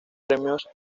premios